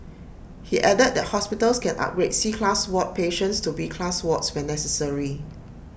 he added that hospitals can upgrade C class ward patients to B class wards when necessary